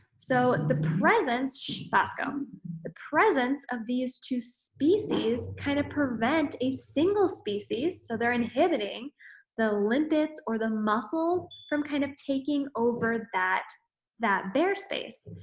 so, the presence shhh basco the presence of these two species kind of prevent a single species so they're inhibiting the limpets or the mussels from kind of taking over that that bare space.